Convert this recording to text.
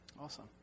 awesome